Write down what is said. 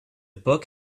book